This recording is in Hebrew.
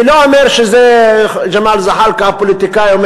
זה לא אני אומר, ג'מאל זחאלקה הפוליטיקאי.